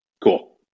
Cool